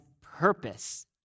purpose